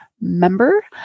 member